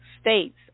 states